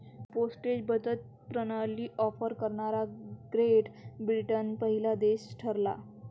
postage बचत प्रणाली offer करणारा ग्रेट ब्रिटन पहिला देश ठरला